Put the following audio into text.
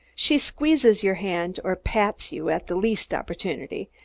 she squeezes your hand or pats you at the least opportunity,